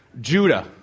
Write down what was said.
Judah